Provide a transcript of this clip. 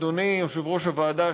אדוני יושב-ראש הוועדה,